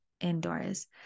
indoors